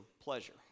pleasure